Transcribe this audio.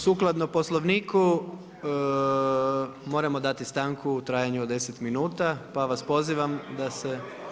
Sukladno Poslovniku moramo dati stanku u trajanju od 10 minuta pa vas pozivam da se